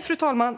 Fru talman!